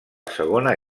segona